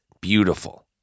beautiful